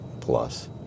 plus